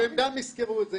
ואני מקווה שהם גם יזכרו את זה.